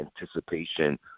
anticipation